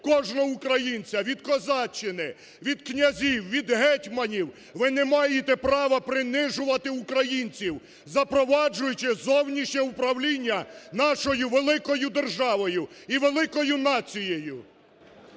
кожного українця від козаччини, від князів, від гетьманів. Ви не маєте права принижувати українців, запроваджуючи зовнішнє управління нашою великою державою і великою нацією.